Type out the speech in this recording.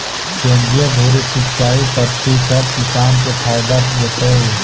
केंद्रीय धुरी सिंचाई पद्धति सब किसान के फायदा देतइ